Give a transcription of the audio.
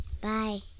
Bye